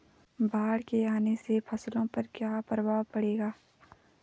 बाढ़ के आने से फसलों पर क्या प्रभाव पड़ेगा?